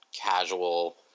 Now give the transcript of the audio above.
casual